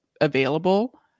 available